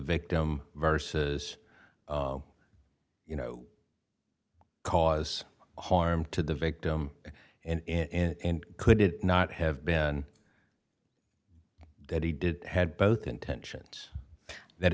victim versus you know cause harm to the victim in could it not have been that he did had both intentions that